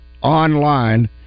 online